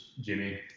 Jimmy